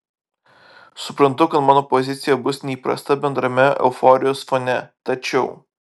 suprantu kad mano pozicija bus neįprasta bendrame euforijos fone tačiau